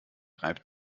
reibt